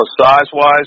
size-wise